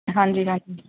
ਹਾਂਜੀ ਹਾਂਜੀ